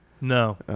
No